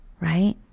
right